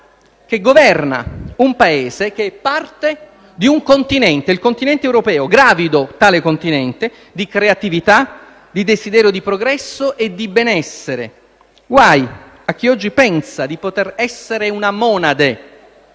che governa un Paese che è parte di un continente, quello europeo, gravido di creatività, di desiderio di progresso e di benessere. Guai a chi oggi pensa di poter essere una monade.